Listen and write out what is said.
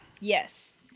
Yes